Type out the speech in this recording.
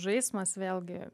žaismas vėlgi